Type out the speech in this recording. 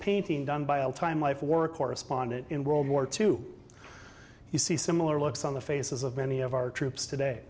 painting done by a time life war correspondent in world war two you see similar looks on the faces of many of our troops today